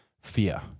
fear